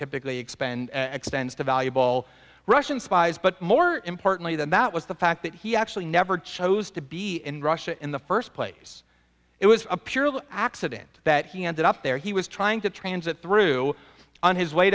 typically expend extends to valuable russian spies but more importantly than that was the fact that he actually never chose to be in russia in the first place it was a purely accident that he ended up there he was trying to transit through on his way